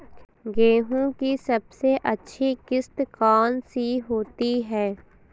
गेहूँ की सबसे अच्छी किश्त कौन सी होती है?